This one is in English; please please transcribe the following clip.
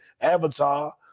Avatar